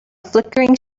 flickering